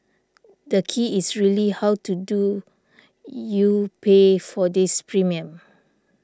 the key is really how to do you pay for this premium